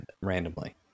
randomly